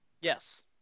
Yes